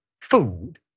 food